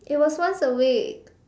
it was once a week